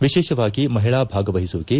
ವಿಶೇಷವಾಗಿ ಮಹಿಳಾ ಭಾಗವಹಿಸುವಿಕೆ